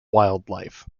wildlife